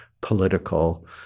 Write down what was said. political